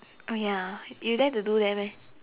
oh ya you dare to do there meh